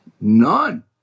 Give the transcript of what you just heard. None